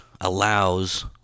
allows